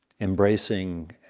embracing